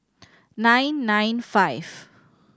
nine nine five